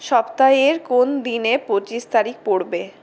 সপ্তাহের কোন দিনে পঁচিশ তারিখ পড়বে